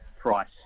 price